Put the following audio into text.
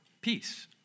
peace